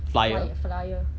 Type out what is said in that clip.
flyer flyer